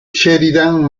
sheridan